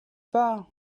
pas